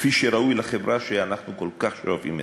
כפי שראוי לחברה שאנחנו כל כך שואפים להיות.